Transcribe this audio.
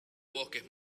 bosques